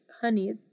honey